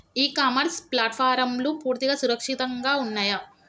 ఇ commerce ప్లాట్ఫారమ్లు పూర్తిగా సురక్షితంగా ఉన్నయా?